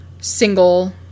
single